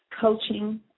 coaching